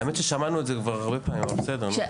האמת ששמענו את זה כבר הרבה פעמים, אבל בסדר, נו.